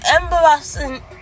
embarrassing